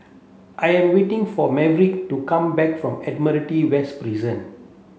I am waiting for Maverick to come back from Admiralty West Prison